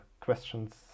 questions